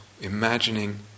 imagining